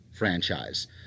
Franchise